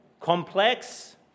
complex